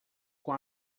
com